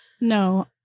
No